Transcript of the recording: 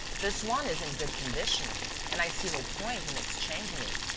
this one is in good condition and i see no point in exchanging it.